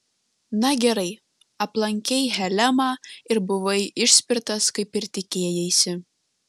na gerai aplankei helemą ir buvai išspirtas kaip ir tikėjaisi